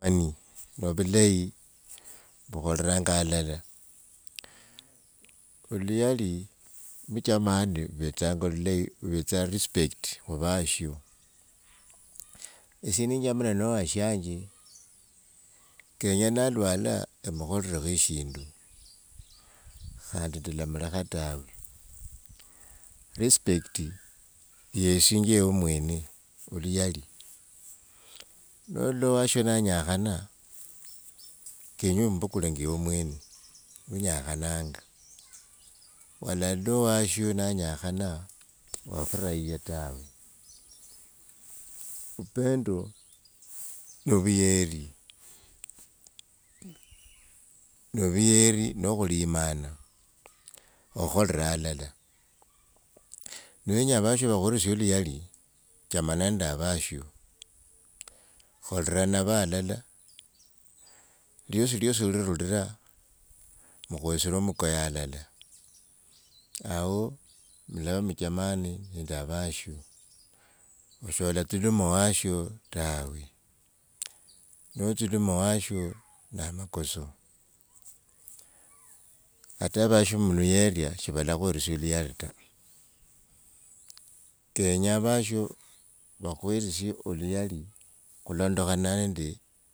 Mani novulayi vukhoriranga alala, oluyali nimchsmane luvetsanga ovetsanga respect khuvasho, esie nechamile nowashange kenya nalwala emukhurirekho eshindu, khandi tsilamulakha tawe respecti iyesinje omwene oluyali nolola ovasho nanyakhana kenye ombukule nge eve mwemeunyakhananga walalo washo nanyakhananga, wafurahiya tawe upendo novuyeli nokhulimana, okhukhora alala. Ni venya avasho vakhwelesie luyali, chama nende avasho khorira navo alala liosiliosi lirura mukhwesire mukoye alala. awo mulava muchamane nende avasho sholadhuluma owasho tawe nodhuluma owasho na makoso. Hata avasho mulueria shivalakhwelesia oluyali ta kenya avasho vakhwelesie oluyali khulondakhana nende.